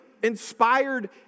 inspired